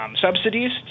subsidies